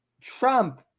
Trump